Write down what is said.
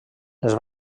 les